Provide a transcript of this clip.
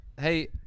Hey